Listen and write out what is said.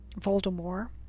Voldemort